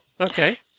Okay